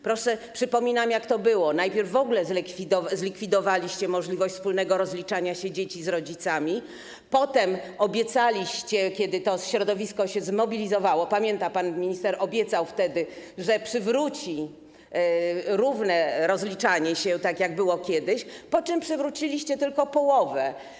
Przypominam, jak było: najpierw w ogóle zlikwidowaliście możliwość wspólnego rozliczania się dzieci z rodzicami, potem obiecaliście, kiedy to środowisko się zmobilizowało, pan minister obiecał wtedy, że przywróci równe rozliczanie się, tak jak było kiedyś, po czym przywróciliście tylko połowę.